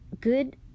good